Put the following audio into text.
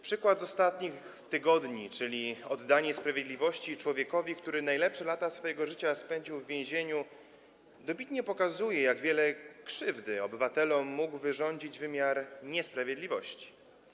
Przykład z ostatnich tygodni, czyli oddanie sprawiedliwości człowiekowi, który najlepsze lata swojego życia spędził w więzieniu, dobitnie pokazuje, jak wiele krzywdy obywatelom mógł wyrządzić wymiar niesprawiedliwości.